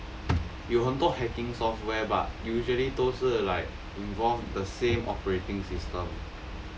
有很多 hacking software but usually 都是 like involved the same operating system